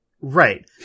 Right